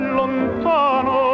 lontano